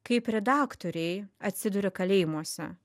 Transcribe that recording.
kaip redaktoriai atsiduria kalėjimuose